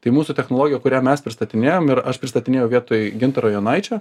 tai mūsų technologija kurią mes pristatinėjom ir aš pristatinėjau vietoj gintaro jonaičio